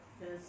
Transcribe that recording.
Yes